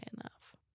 enough